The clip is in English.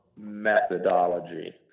methodology